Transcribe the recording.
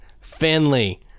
Finley